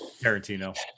Tarantino